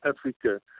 Africa